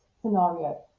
scenario